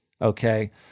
Okay